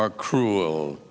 are cruel